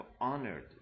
honored